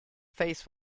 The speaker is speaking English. face